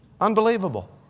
Unbelievable